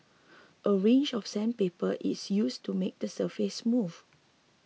a range of sandpaper is used to make the surface smooth